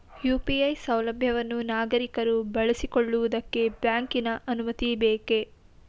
UPI ಸೌಲಭ್ಯವನ್ನು ನಾಗರಿಕರು ಬಳಸಿಕೊಳ್ಳುವುದಕ್ಕೆ ಬ್ಯಾಂಕಿನ ಅನುಮತಿ ಬೇಕೇ?